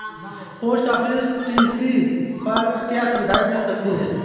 Post office TD पर क्या सुविधाएँ मिल सकती है?